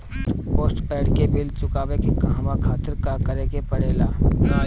Postpaid के bill चुकावे के कहवा खातिर का करे के पड़ें ला?